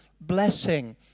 blessing